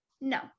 No